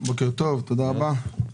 בוקר טוב, תודה רבה,